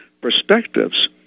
perspectives